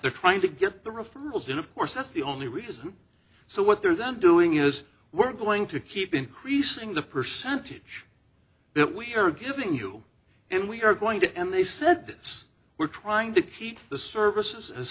they're trying to get the referrals and of course that's the only reason so what they're then doing is we're going to keep increasing the percentage that we are giving you and we're going to end they said this we're trying to keep the services as